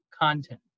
content